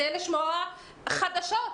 נשמע חדשות,